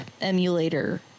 emulator